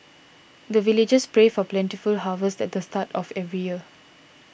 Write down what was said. the villagers pray for plentiful harvest at the start of every year